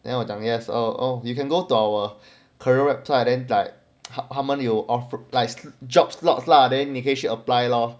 then 我讲 yes or or you can go to our career website then like 他们有 jobs slots lah then 你可以去 apply lor